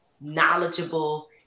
knowledgeable